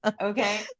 Okay